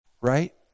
Right